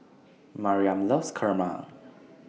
Mariam loves Kurma